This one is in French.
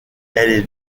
est